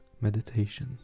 meditation